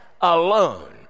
alone